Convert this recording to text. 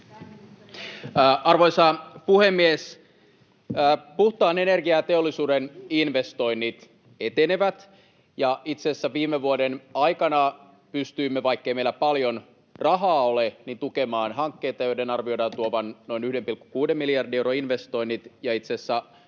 Arvoisa puhemies! Puhtaan energiateollisuuden investoinnit etenevät, ja itse asiassa viime vuoden aikana pystyimme, vaikkei meillä paljon rahaa ole, tukemaan hankkeita, joiden arvioidaan tuovan noin 1,6 miljardin euron investoinnit ja itse asiassa